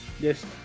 Yes